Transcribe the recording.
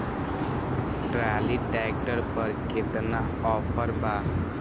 Trolley tractor पर केतना offer बा?